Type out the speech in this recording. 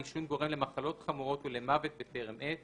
העישון גורם למחלות חמורות ולמוות בטרם עת",